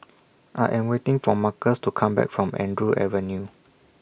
I Am waiting For Marcus to Come Back from Andrew Avenue